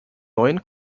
neuen